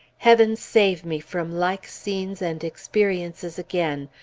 heaven save me from like scenes and experiences again.